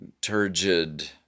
turgid